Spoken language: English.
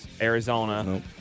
Arizona